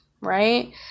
right